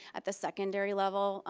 at the secondary level,